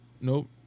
nope